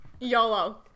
YOLO